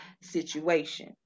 situation